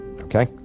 okay